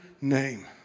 name